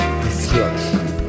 destruction